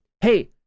Hey